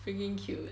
freaking cute